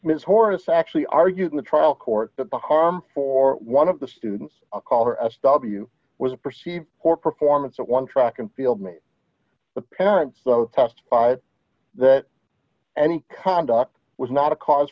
ms horace actually argued in the trial court that the harm for one of the students of color s w was a perceived poor performance of one track and field meet the parents testified that any conduct was not a cause